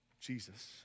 Jesus